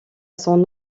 son